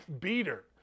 beater